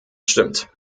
stimmt